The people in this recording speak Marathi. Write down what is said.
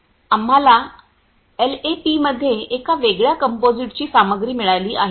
आम्हाला एलएपीमध्ये एका वेगळ्या कंपोझिटची सामग्री मिळाली आहे